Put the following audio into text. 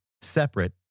separate